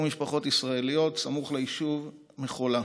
משפחות ישראליות סמוך ליישוב מחולה.